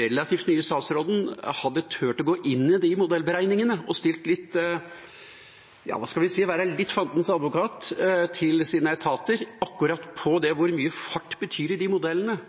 relativt nye statsråden hadde turt å gå inn i de modellberegningene og vært litt – hva skal vi si – fandens advokat overfor sine etater på akkurat det med hvor mye fart betyr i de modellene.